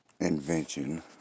invention